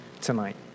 tonight